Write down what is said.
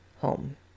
home